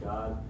God